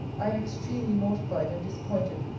i am extremely mortified and disappointed.